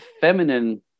feminine